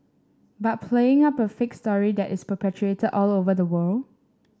but playing up a fake story that is perpetuated all over the world